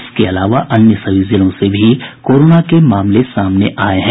इसके अलावा अन्य सभी जिलों से भी कोरोना के मामले सामने आए हैं